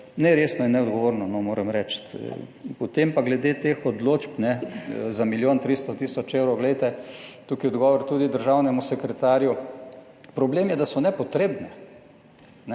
neresno in neodgovorno, moram reči. Potem, pa glede teh odločb za milijon 300 tisoč evrov, glejte, tukaj je odgovor tudi državnemu sekretarju. Problem je, da so nepotrebne,